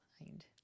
mind